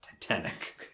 Titanic